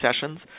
sessions